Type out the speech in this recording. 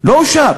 לא אושר.